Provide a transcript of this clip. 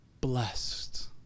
blessed